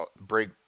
break